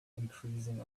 increasing